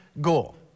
goal